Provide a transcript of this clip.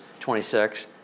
26